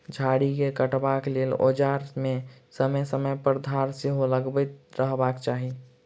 झाड़ी के काटबाक लेल औजार मे समय समय पर धार सेहो लगबैत रहबाक चाही